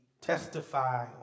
testify